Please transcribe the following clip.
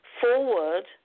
forward